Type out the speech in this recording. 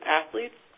athletes